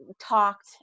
talked